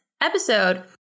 episode